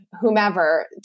whomever